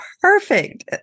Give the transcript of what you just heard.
perfect